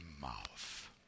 mouth